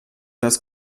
das